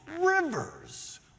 rivers